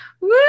Woo